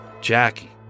Jackie